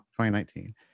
2019